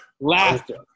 Laughter